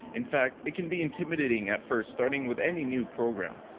in fact it can be intimidating at first starting with any new program.